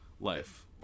life